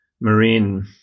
marine